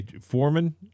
foreman